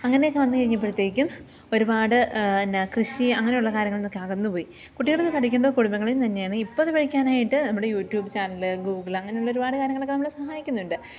അങ്ങനെയൊക്കെ വന്നു കഴിഞ്ഞപ്പോഴത്തേക്കും ഒരുപാട് പിന്നെ കൃഷി അങ്ങനെയുള്ള കാര്യങ്ങളെന്നൊക്കെ അകന്നു പോയി കുട്ടികൾ പഠിക്കുന്നത് കുടുംബങ്ങളിൽ നിന്നു തന്നെയാണ് ഇപ്പമത് പഠിക്കാനായിട്ട് നമ്മുടെ യൂട്യൂബ് ചാനൽ ഗൂഗിൾ അങ്ങനെയുള്ള ഒരുപാട് കാര്യങ്ങളൊക്കെ നമ്മൾ സഹായിക്കുന്നുണ്ട്